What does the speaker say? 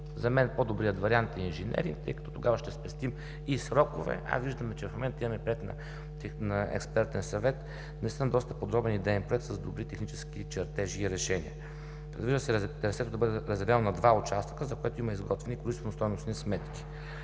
За мен по-добрият вариант е инженеринг, тъй като тогава ще спестим и срокове, а виждаме, че в момента имаме проект на експертен съвет, внесен доста подробен идеен проект с добри технически чертежи и решения. Разбира се, трасето да бъде разделено на два участъка, за пътя има изготвени количествено стойностни сметки.